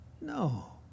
No